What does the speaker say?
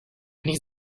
need